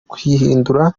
kuyihindura